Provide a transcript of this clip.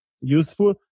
useful